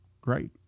great